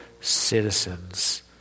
citizens